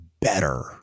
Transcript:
better